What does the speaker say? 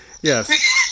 Yes